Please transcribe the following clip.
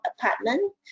apartment